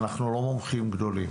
אנחנו לא מומחים גדולים